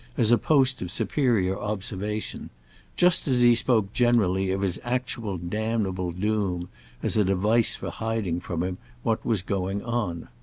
as a post of superior observation just as he spoke generally of his actual damnable doom as a device for hiding from him what was going on.